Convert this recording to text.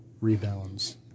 rebounds